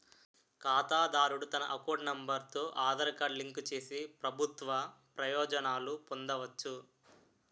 ఖాతాదారుడు తన account number తో ఆధార్ కార్డు లింక్ చేసి ప్రభుత్వ ప్రయోజనాలు పొందవచ్చు